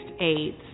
AIDS